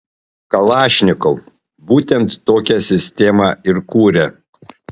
kalašnikov būtent tokią sistemą ir kuria